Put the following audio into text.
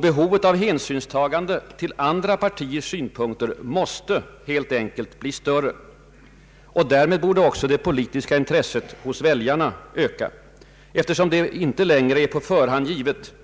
Behovet av hänsynstagande till andra partiers synpunkter måste helt enkelt bli större. Därmed borde också det politiska intresset hos väljarna öka, eftersom det inte längre är på förhand givet,